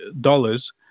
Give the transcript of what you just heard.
dollars